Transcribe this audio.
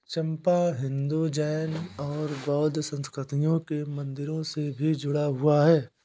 चंपा हिंदू, जैन और बौद्ध संस्कृतियों के मंदिरों से भी जुड़ा हुआ है